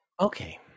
Okay